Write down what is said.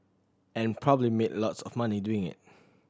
and probably made lots of money doing it